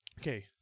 okay